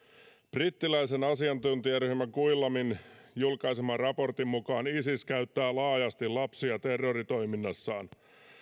brittiläisen asiantuntijaryhmä quilliamin julkaiseman raportin mukaan isis käyttää laajasti lapsia terroritoiminnassaan